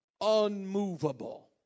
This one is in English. unmovable